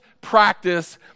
practice